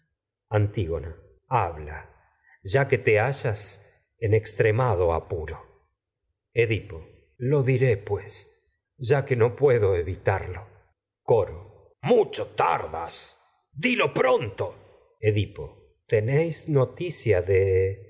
antígona habla ya que te apuro edipo lo diré pues ya que no puedo evitarlo coro mucho tardas dilo pronto edip o tenéis noticia de